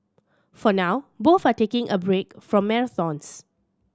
for now both are taking a break from marathons